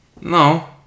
no